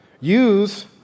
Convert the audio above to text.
Use